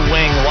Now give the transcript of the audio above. Wing